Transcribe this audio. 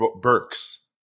Burks